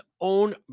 own